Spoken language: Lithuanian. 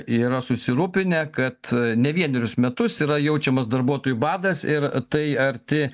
yra susirūpinę kad ne vienerius metus yra jaučiamas darbuotojų badas ir tai arti